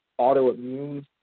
autoimmune